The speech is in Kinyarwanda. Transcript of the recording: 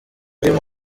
rimwe